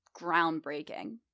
groundbreaking